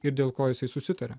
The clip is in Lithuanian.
ir dėl ko jisai susitaria